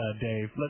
Dave